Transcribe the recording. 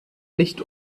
nicht